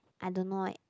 I don't know eh